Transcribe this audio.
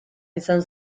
izan